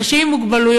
אנשים עם מוגבלויות,